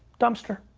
dumpster.